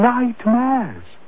Nightmares